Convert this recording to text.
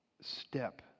step